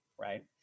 Right